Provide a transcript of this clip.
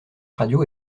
radio